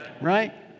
Right